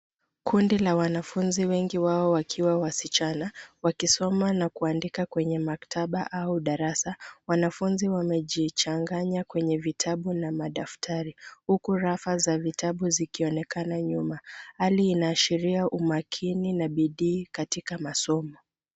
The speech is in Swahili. Kundi la wanafunzi, wengi wao wakiwa wasichana, wakisoma na kuandika kwenye maktaba au darasa. Wanafunzi wamejichanganya kwenye vitabu na madaftari huku rafa za vitabu zikionekana nyuma. Hali inaashiria umakini na bidii katika masomo.